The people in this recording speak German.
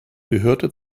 gehörte